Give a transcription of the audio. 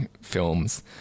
films